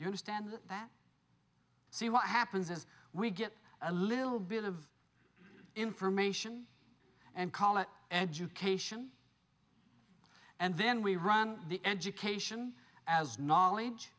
you understand that see what happens is we get a little bit of information and college education and then we run the education as knowledge